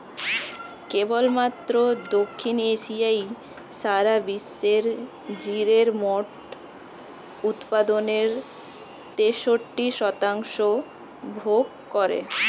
কেবলমাত্র দক্ষিণ এশিয়াই সারা বিশ্বের জিরের মোট উৎপাদনের তেষট্টি শতাংশ ভোগ করে